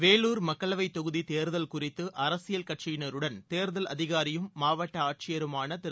வேலூர் மக்களவைத் தொகுதி தேர்தல் குறித்து அரசியல் கட்சியினருடன் தேர்தல் அதிகாரியும் மாவட்ட ஆட்சியருமான் திரு